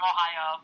Ohio